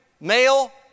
male